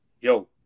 yo